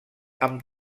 amb